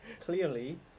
clearly